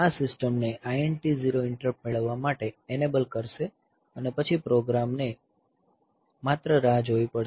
આ સિસ્ટમ ને INT 0 interrupt મેળવવા માટે એનેબલ કરશે અને પછી પ્રોગ્રામ ને માત્ર રાહ જોવી પડશે